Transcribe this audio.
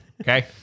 Okay